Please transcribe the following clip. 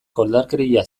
koldarkeria